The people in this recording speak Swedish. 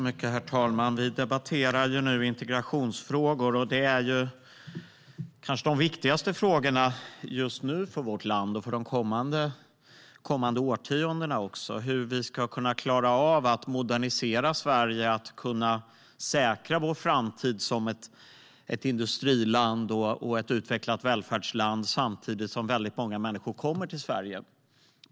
Herr talman! Vi debatterar integrationsfrågor. Det är kanske de viktigaste frågorna för vårt land just nu och de kommande årtiondena. Hur ska vi klara av att modernisera Sverige och säkra vår framtid som ett industriland och ett utvecklat välfärdsland samtidigt som väldigt många människor kommer till Sverige?